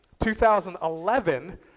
2011